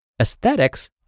Aesthetics